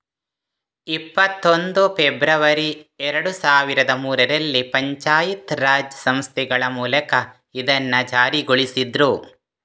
ಇಪ್ಪತ್ತೊಂದು ಫೆಬ್ರವರಿ ಎರಡು ಸಾವಿರದ ಮೂರರಲ್ಲಿ ಪಂಚಾಯತ್ ರಾಜ್ ಸಂಸ್ಥೆಗಳ ಮೂಲಕ ಇದನ್ನ ಜಾರಿಗೊಳಿಸಿದ್ರು